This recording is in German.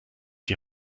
die